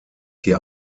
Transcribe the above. hier